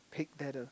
pick that the